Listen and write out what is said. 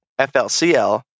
FLCL